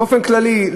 באופן כללי,